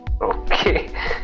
Okay